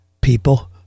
people